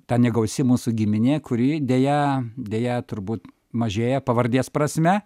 ta negausi mūsų giminė kuri deja deja turbūt mažėja pavardės prasme